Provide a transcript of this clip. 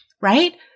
Right